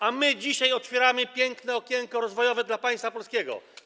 A my dzisiaj otwieramy piękne okienko rozwojowe dla państwa polskiego.